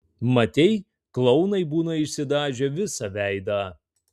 matei klounai būna išsidažę visą veidą